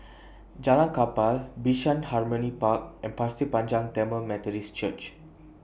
Jalan Kapal Bishan Harmony Park and Pasir Panjang Tamil Methodist Church